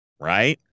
right